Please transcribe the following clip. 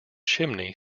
chimney